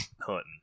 hunting